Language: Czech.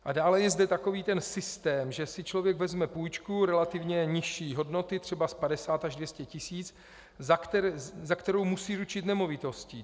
A dále je zde takový ten systém, že si člověk vezme půjčku relativně nižší hodnoty, třeba 50 až 200 tis., za kterou musí ručit nemovitostí.